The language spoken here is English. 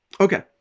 Okay